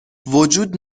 وجود